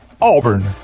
Auburn